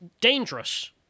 dangerous